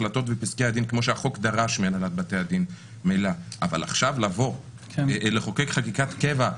פגיעה בזכות הפרט, עזרה לזולת לאנשים שנתקעים.